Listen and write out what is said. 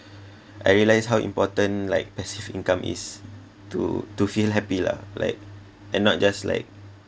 I realise how important like passive income is to to feel happy lah like and not just like